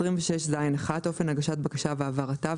אופן הגשת בקשה והעברתה,